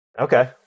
Okay